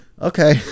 Okay